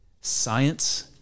science